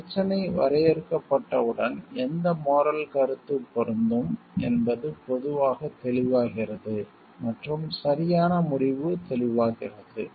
பிரச்சனை வரையறுக்கப்பட்டவுடன் எந்த மோரல் கருத்து பொருந்தும் என்பது பொதுவாக தெளிவாகிறது மற்றும் சரியான முடிவு தெளிவாகிறது